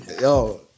Yo